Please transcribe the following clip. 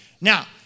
Now